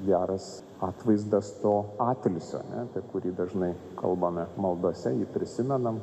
geras atvaizdas to atilsio ane apie kurį dažnai kalbame maldose jį prisimenam